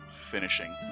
finishing